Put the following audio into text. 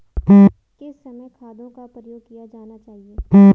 किस समय खादों का प्रयोग किया जाना चाहिए?